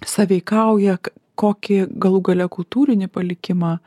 sąveikauja kokį galų gale kultūrinį palikimą